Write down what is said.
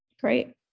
Great